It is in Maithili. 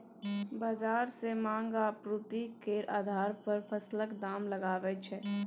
बजार सेहो माँग आ आपुर्ति केर आधार पर फसलक दाम लगाबै छै